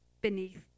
beneath